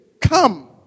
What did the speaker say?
Come